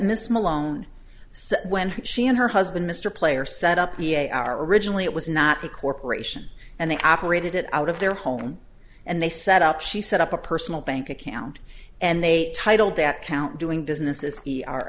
this malone so when she and her husband mr player set up a our originally it was not a corporation and they operated it out of their home and they set up she set up a personal bank account and they titled that count doing business